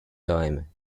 time